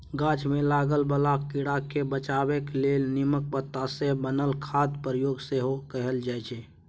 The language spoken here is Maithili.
गाछ मे लागय बला कीड़ा सँ बचेबाक लेल नीमक पात सँ बनल खादक प्रयोग सेहो कएल जाइ छै